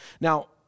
Now